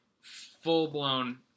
full-blown